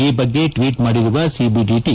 ಈ ಬಗ್ಗೆ ಟ್ವೀಟ್ ಮಾಡಿರುವ ಸಿಬಿಡಿಟಿ